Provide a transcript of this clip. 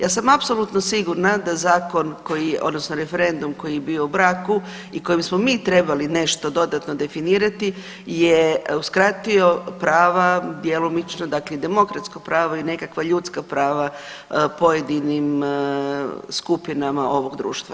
Ja sam apsolutno sigurna da zakon koji, odnosno referendum koji je bio o braku i kojim smo mi trebali nešto dodatno definirati je uskratio prava djelomično, dakle i demokratsko pravo i nekakva ljudska prava pojedinim skupinama ovog društva.